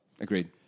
Agreed